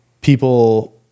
people